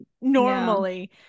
normally